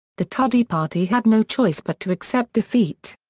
the tudeh party had no choice but to accept defeat.